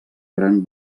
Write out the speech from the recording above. gran